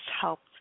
helped